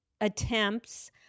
attempts